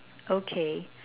okay